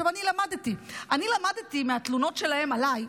עכשיו, אני למדתי, אני למדתי מהתלונות שלהם עליי.